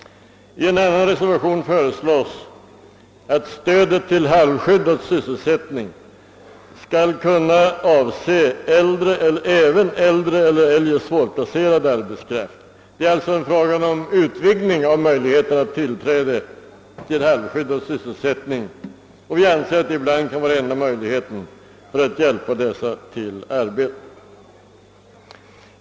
I en annan reservation föreslås att stödet till halvskyddad sysselsättning skall kunna avse även äldre eller eljest svårplacerad arbetskraft. Det är fråga om en utvidgning av möjligheterna att tillträda halvskyddad = sysselsättning, och vi anser att detta ibland kan vara den enda möjligheten att hjälpa dessa människor till arbete.